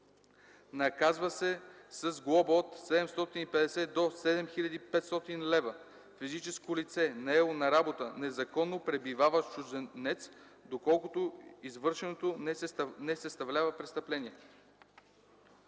Наказва се с глоба от 750 до 7500 лв. физическо лице, наело на работа незаконно пребиваващ чужденец, доколкото извършеното не съставлява престъпление.